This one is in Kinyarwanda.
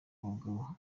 abagabo